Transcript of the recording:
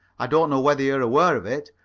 i don't know whether you're aware of it,